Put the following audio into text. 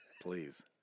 Please